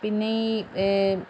പിന്നെ ഈ